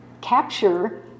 capture